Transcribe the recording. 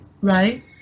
right